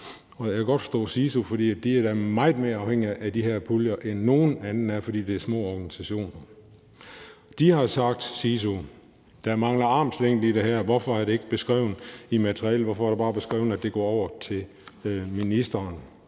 jeg kan godt forstå CISU, for de er meget mere afhængige af de her puljer, end nogen andre er, fordi det er små organisationer. CISU har jo sagt: Der mangler armslængde i det her – hvorfor er det ikke beskrevet i materialet, og hvorfor er det bare beskrevet, at det går over til ministeren?